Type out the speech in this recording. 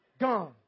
gone